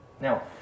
Now